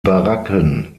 baracken